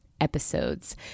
Episodes